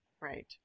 right